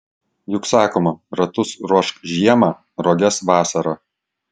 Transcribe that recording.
juk sakoma ratus ruošk žiemą roges vasarą